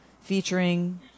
featuring